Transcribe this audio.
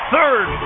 Third